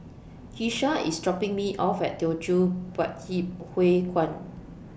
Keesha IS dropping Me off At Teochew Poit Ip Huay Kuan